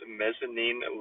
mezzanine